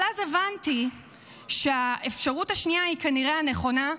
אבל אז הבנתי שהאפשרות השנייה היא כנראה הנכונה,